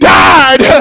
died